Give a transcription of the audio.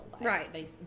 Right